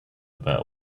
about